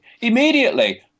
immediately